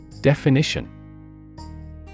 Definition